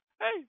Hey